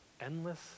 endless